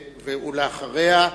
ואחריה,